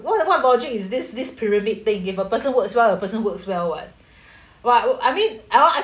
what what logic is this this pyramid thing if a person works well a person works well what what would I mean